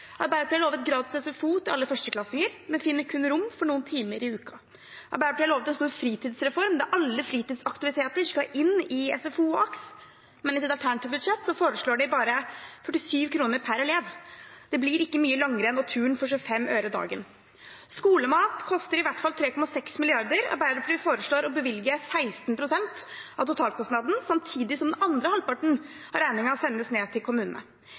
til alle 1.-klassinger, men finner rom til kun noen timer i uken. Arbeiderpartiet har lovet en stor fritidsreform der alle fritidsaktiviteter skal inn i SFO og AKS, men i sitt alternative budsjett foreslår de bare 47 kr per elev. Det blir ikke mye langrenn og turn for 25 øre dagen. Skolemat koster i hvert fall 3,6 mrd. kr. Arbeiderpartiet foreslår å bevilge 16 pst. av totalkostnaden, samtidig som den andre halvparten av regningen sendes til kommunene.